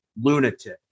lunatic